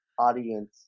audience